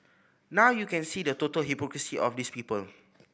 now you can see the total hypocrisy of these people